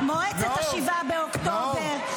-- מועצת 7 באוקטובר.